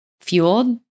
fueled